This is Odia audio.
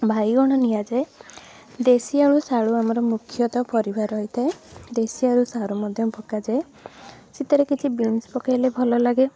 ବାଇଗଣ ନିଆଯାଏ ଦେଶୀ ଆଳୁ ସାରୁ ଆମର ମୁଖ୍ୟତଃ ପରିବା ରହିଥାଏ ଦେଶୀ ଆଳୁ ସାରୁ ମଧ୍ୟ ପକାଯାଏ ସେଥିରେ କିଛି ବିନ୍ସ ପକେଇଲେ ଭଲ ଲାଗେ